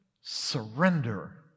surrender